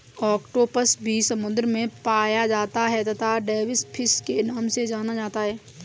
octopus भी समुद्र में पाया जाता है तथा डेविस फिश के नाम से जाना जाता है